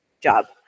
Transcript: job